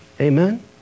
Amen